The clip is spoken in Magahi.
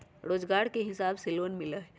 रोजगार के हिसाब से लोन मिलहई?